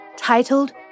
Titled